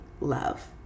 love